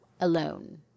alone